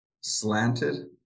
slanted